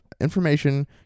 information